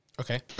Okay